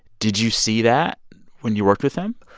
did you see that when you worked with him?